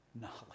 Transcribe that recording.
Knowledge